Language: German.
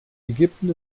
ägypten